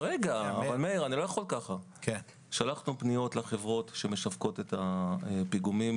שלחנו פניות לחברות שמשווקות את הפיגומים,